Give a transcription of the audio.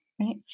right